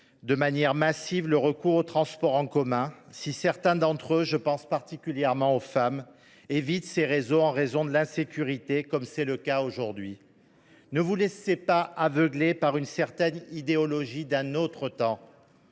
de manière massive le recours aux transports en commun, si certains d’entre eux – je pense en particulier aux femmes – évitent ces réseaux en raison de l’insécurité, comme c’est le cas aujourd’hui ? Très bien ! Bravo ! Ne vous laissez pas aveugler par une certaine idéologie d’un autre temps